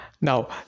Now